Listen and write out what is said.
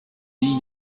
die